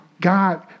God